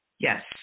Yes